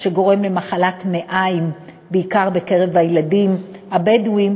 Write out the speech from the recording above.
שגורם למחלת מעיים בעיקר בקרב הילדים הבדואים,